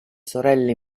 sorelle